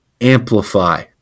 amplify